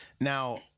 Now